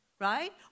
right